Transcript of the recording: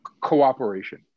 cooperation